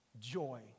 joy